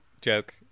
joke